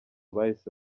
bahise